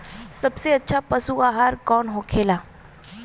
सबसे अच्छा पशु आहार कौन होखेला?